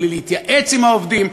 בלי להתייעץ עם העובדים,